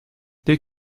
dès